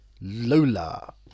Lola